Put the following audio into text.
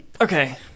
Okay